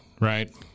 right